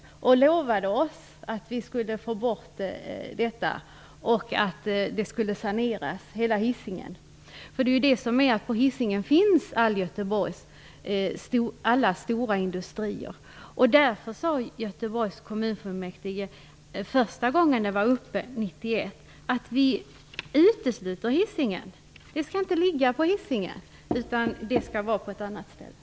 Hon lovade då att detta skulle bort och att hela Hisingen skulle saneras. På Hisingen finns nämligen alla Göteborgs stora industrier. Första gången frågan var uppe i Göteborgs kommunfullmäktige år 1991 sade man att Hisingen skulle uteslutas. Tippen skulle inte ligga på Hisingen utan på något annat ställe.